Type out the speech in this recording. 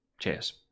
cheers